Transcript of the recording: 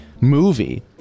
movie